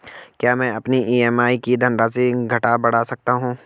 क्या मैं अपनी ई.एम.आई की धनराशि घटा बढ़ा सकता हूँ?